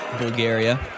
Bulgaria